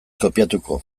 kopiatuko